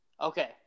okay